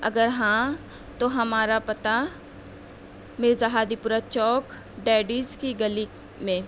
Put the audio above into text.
اگر ہاں ہمارا پتا مرزا ہادی پورہ چوک ڈیڈیز کی گلی میں